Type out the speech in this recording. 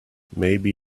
maybe